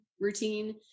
routine